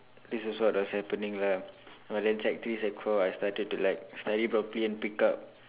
this is what was happening lah but then sec three sec four I started to like study properly and pick up